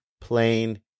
plain